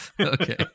Okay